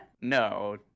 no